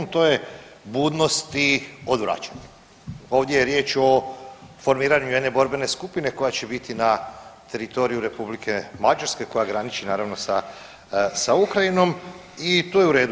To je budnost i … Ovdje je riječ o formiranju jedne borbene skupine koja će biti na teritoriju Republike Mađarske koja graniči naravno sa Ukrajinom i to je u redu.